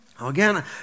Again